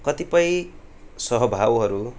कतिपय स्वभावहरू